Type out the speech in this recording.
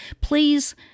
please